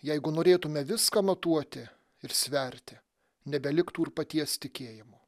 jeigu norėtume viską matuoti ir sverti nebeliktų ir paties tikėjimo